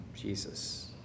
Jesus